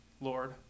Lord